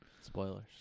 Spoilers